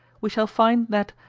we shall find, that,